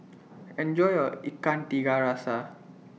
Enjoy your Ikan Tiga Rasa